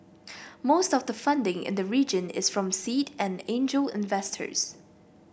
most of the funding in the region is from seed and angel investors